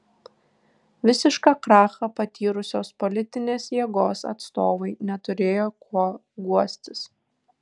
visišką krachą patyrusios politinės jėgos atstovai neturėjo kuo guostis